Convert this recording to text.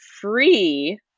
free